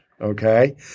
Okay